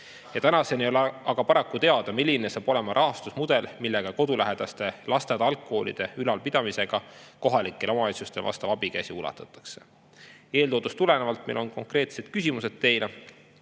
Tänaseni ei ole aga paraku teada, milline saab olema rahastusmudel, millega kodulähedaste lasteaed-algkoolide ülalpidamisega kohalikele omavalitsustele vastav abikäsi ulatatakse. Eeltoodust tulenevalt on meil teile konkreetsed küsimused.